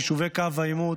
את יישובי קו העימות,